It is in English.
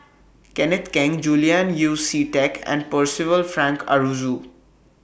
Kenneth Keng Julian Yeo See Teck and Percival Frank Aroozoo